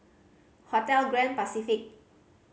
Hotel Grand Pacific